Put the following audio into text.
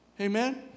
Amen